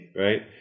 right